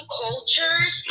cultures